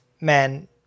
man